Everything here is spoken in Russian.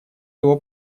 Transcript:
его